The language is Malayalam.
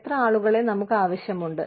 എത്ര ആളുകളെ നമുക്ക് ആവശ്യമുണ്ട്